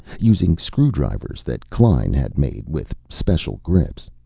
using screwdrivers that klein had made with special grips.